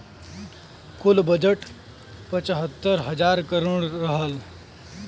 कुल बजट पचहत्तर हज़ार करोड़ रहल